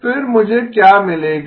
फिर मुझे क्या मिलेगा